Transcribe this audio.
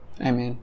Amen